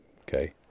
Okay